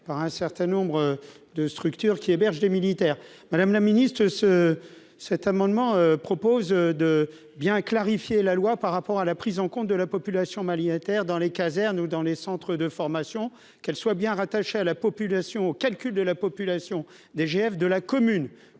par un certain nombre de structures qui héberge des militaires, madame la ministre, de ce cet amendement propose de bien clarifier la loi par rapport à la prise en compte de la population malienne terre dans les casernes ou dans les centres de formation, qu'elle soit bien rattaché à la population au calcul de la population DGF de la commune,